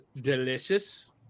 delicious